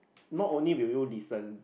not only will you listen